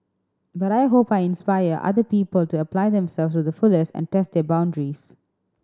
but I hope I inspire other people to apply themselves to the fullest and test their boundaries